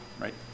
right